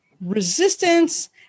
resistance